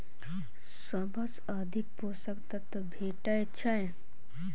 सबसँ अधिक पोसक तत्व भेटय छै?